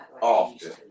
often